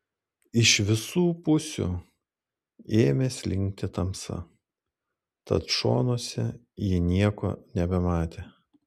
iš visų pusių ėmė slinkti tamsa tad šonuose ji nieko nebematė